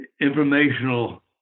informational